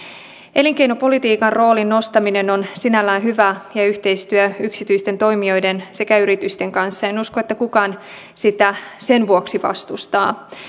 elinkeinopolitiikan roolin nostaminen on sinällään hyvä kuten yhteistyö yksityisten toimijoiden sekä yritysten kanssa en usko että kukaan sitä sen vuoksi vastustaa